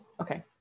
Okay